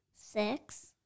Six